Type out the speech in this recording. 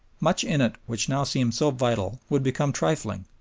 much in it which now seemed so vital would become trifling,